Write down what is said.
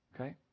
Okay